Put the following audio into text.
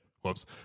whoops